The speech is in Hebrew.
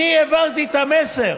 אני העברתי את המסר.